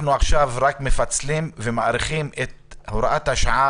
אנחנו רק מפצלים ומאריכים את הוראת השעה